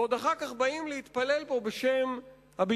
ועוד אחר כך באים להתפלל פה בשם הביטחון.